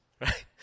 right